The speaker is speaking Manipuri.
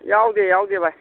ꯌꯥꯎꯗꯦ ꯌꯥꯎꯗꯦ ꯚꯥꯏ